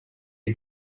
had